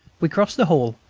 we crossed the hall,